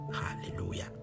hallelujah